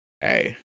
Hey